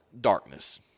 darkness